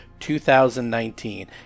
2019